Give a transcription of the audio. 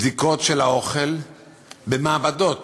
בדיקות של האוכל במעבדות,